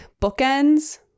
bookends